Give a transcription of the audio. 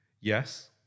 Yes